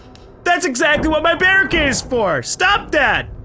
that's exactly what my barricade is for, stop that!